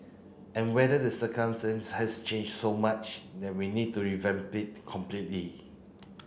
and whether the circumstance has changed so much that we need to revamp it completely